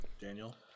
Daniel